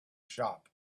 shop